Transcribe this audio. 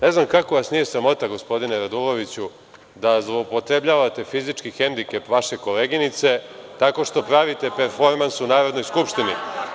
Ne znam kako vas nije sramota, gospodine Raduloviću, da zloupotrebljavate fizički hendikep vaše koleginice tako što pravite performans u Narodnoj skupštini?